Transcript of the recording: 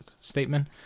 statement